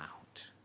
out